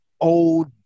old